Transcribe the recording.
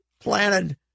planted